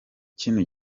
kino